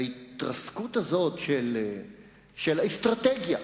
ההתרסקות הזאת של האסטרטגיה,